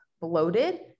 bloated